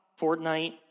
Fortnite